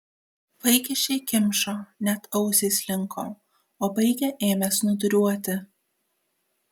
vaikiščiai kimšo net ausys linko o baigę ėmė snūduriuoti